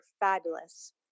fabulous